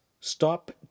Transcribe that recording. stop